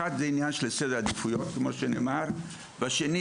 אחד זה עניין של סדר עדיפויות, כמו שנאמר, והשני